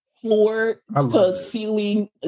floor-to-ceiling